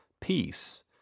peace